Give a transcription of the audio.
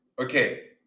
okay